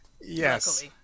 Yes